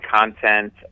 content